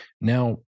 Now